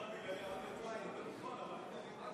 אם